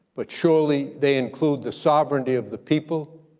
but surely they include the sovereignty of the people,